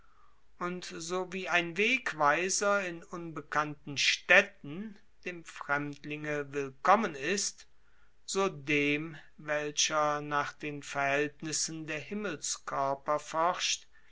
und so wie ein wegweiser in unbekannten städten dem fremdlinge willkommen ist so dem welcher nach den verhältnissen der himmelskörper forscht